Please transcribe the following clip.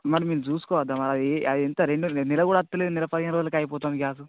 మరి మీరు చూసుకోవద్దా మరవి అవెంత రెండు నెల కూడా వత్తలేదు నెల పదిహేను రోజులకే అయిపోతోంది గ్యాస్